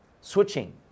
switching